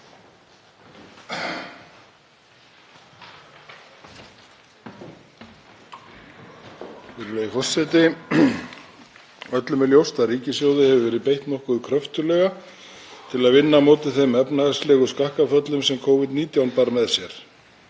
Virðulegur forseti. Öllum er ljóst að ríkissjóði hefur verið beitt nokkuð kröftuglega til að vinna á móti þeim efnahagslegu skakkaföllum sem Covid-19 bar með sér.